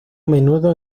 menudo